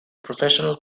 professional